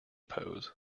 pose